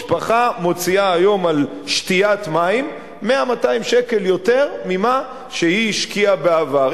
משפחה מוציאה היום על שתיית מים 100 200 שקל יותר ממה שהיא השקיעה בעבר.